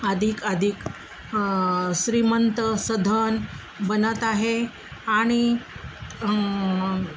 अधिक अधिक श्रीमंत सधन बनत आहे आणि